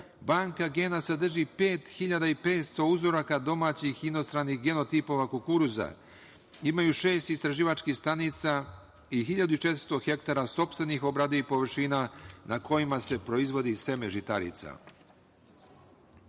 žita. Banka gena sadrži 5.500 uzoraka domaćih inostranih genotipova kukuruza, imaju šest istraživačkih stanica i 1.400 hektara sopstvenih obradivih površina na kojima se proizvodi seme